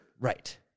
right